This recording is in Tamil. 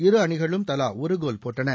இரு அணிகளும் தவா ஒரு கோல் போட்டன